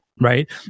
right